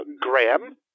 Graham